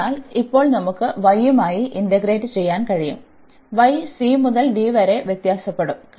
അതിനാൽ ഇപ്പോൾ നമുക്ക് y യുമായി ഇന്റഗ്രേറ്റ് ചെയ്യാൻ കഴിയും അതിനാൽ y c മുതൽ d വരെ വ്യത്യാസപ്പെടും